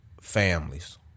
families